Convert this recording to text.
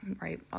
right